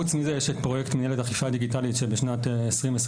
חוץ מזה יש את פרויקט מ- -- האכיפה הדיגיטלית שבשנת 2022